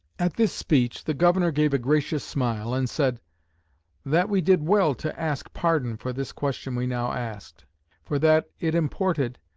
at this speech the governor gave a gracious smile, and said that we did well to ask pardon for this question we now asked for that it imported,